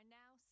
now